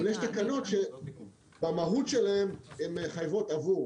אבל יש תקנות שבמהות שלהן הן מחייבות עבור